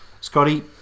Scotty